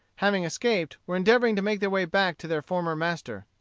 having escaped, were endeavoring to make their way back to their former master.